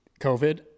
COVID